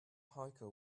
hiker